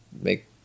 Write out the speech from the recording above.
make